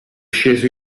sceso